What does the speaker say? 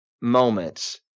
moments